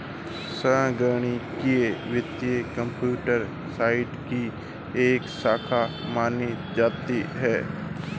संगणकीय वित्त computer science की एक शाखा मानी जाती है